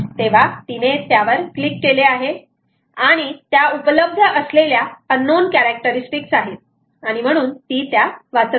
तेव्हा तिने त्यावर क्लिक केले आहे आणि त्या उपलब्ध असलेल्या अननोन कॅरॅक्टरिस्तिक आहेत आणि ती त्या वाचत आहे